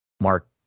Mark